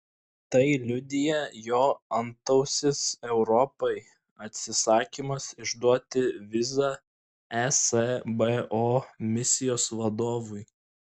tai liudija jo antausis europai atsisakymas išduoti vizą esbo misijos vadovui